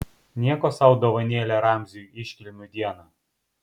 nieko sau dovanėlė ramziui iškilmių dieną